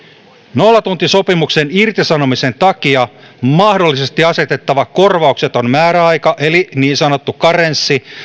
nollatuntisopimuksen irtisanomisen takia mahdollisesti asetettava korvaukseton määräaika eli niin sanottu karenssi